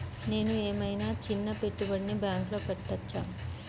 నేను ఏమయినా చిన్న పెట్టుబడిని బ్యాంక్లో పెట్టచ్చా?